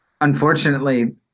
unfortunately